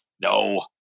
No